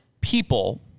people